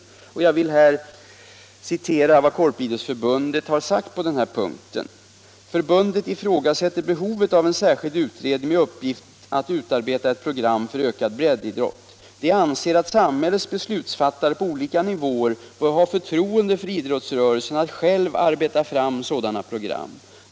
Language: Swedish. Jag vill citera vad Korporationsidrottsförbundet har sagt på den här punkten: ”Förbundet ifrågasätter behovet av en särskild utredning med uppgift att "utarbeta ett program för ökad breddidrott'. Det anser att samhällets beslutsfattare på olika nivåer bör ha förtroende för idrottsrörelsen att själv arbeta fram sådana program.